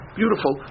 beautiful